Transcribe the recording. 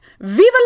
Viva